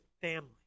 family